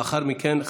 לאחר מכן,